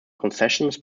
concessions